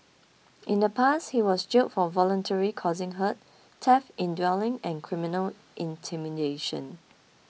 in the past he was jailed for voluntarily causing hurt theft in dwelling and criminal intimidation